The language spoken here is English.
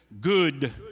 good